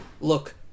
look